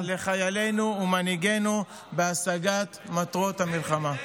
מאחל שוב בהצלחה לחיילינו ומנהיגינו בהשגת מטרות המלחמה.